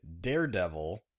Daredevil